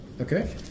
Okay